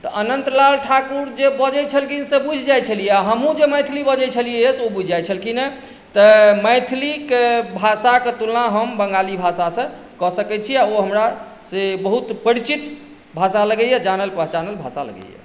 तऽ अनन्त लाल ठाकुर जे बजैत छलखिन से बुझि जाइत छलियै आ हमहूँ जे मैथिली बजैत छलियै से ओ बुझि जाइत छलखिनए तऽ मैथिलीके भाषाके तुलना हम बंगाली भाषासँ कऽ सकैत छी आ ओ हमरा से बहुत परिचित भाषा लगैए जानल पहचानल भाषा लगैए